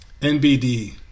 NBD